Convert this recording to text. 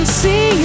see